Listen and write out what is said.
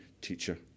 teacher